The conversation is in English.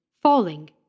falling